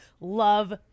love